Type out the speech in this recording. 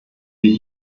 sie